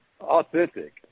authentic